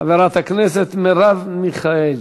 חברת הכנסת מרב מיכאלי.